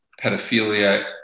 pedophilia